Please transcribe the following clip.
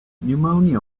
pneumonia